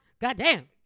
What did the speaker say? Goddamn